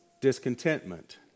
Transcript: Discontentment